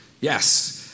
Yes